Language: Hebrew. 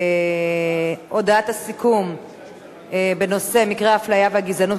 הודעת הסיכום בנושא מקרי האפליה והגזענות